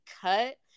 cut